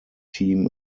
team